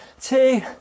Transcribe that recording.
two